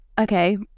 Okay